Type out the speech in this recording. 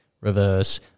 reverse